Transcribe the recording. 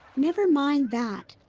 never mind that.